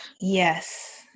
yes